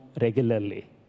regularly